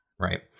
Right